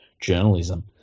journalism